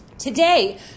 Today